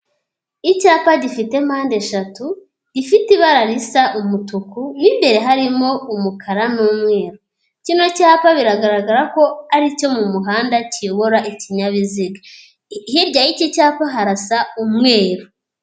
Icyapa gifite mpandeshatu, ifite ibara risa umutuku, mo imbere harimo umukara n'umweru, kino cyapa biragaragara ko aricyo mu muhanda kiyobora ikinyabiziga. Hirya y' iki cyapa harasa umweru.